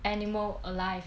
animal alive